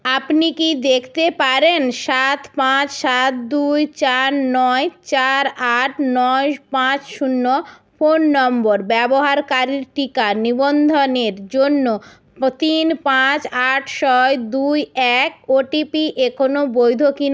আপনি কি দেখতে পারেন সাত পাঁচ সাত দুই চার নয় চার আট নয় পাঁচ শূন্য ফোন নম্বর ব্যবহারকারীর টিকা নিবন্ধনের জন্য তিন পাঁচ আট সয় দুই এক ও টি পি এখনও বৈধ কিনা